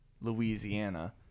Louisiana